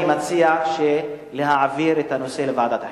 אני מציע להעביר את הנושא לוועדת החינוך.